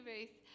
Ruth